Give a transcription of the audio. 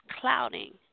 clouding